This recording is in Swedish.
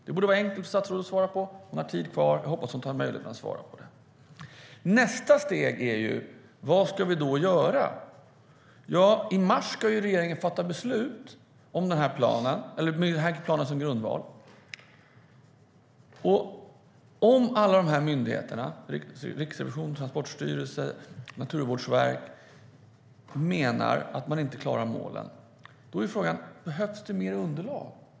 Det borde vara enkelt för statsrådet att svara på det. Hon har tid kvar. Jag hoppas att hon tar möjligheten att svara. Nästa steg är: Vad ska vi då göra? Ja, i mars ska regeringen fatta beslut med den här planen som grundval. Om alla de här myndigheterna - Riksrevisionen, Transportstyrelsen och Naturvårdsverket - menar att man inte klarar målen är frågan: Behövs det mer underlag?